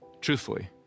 truthfully